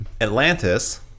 Atlantis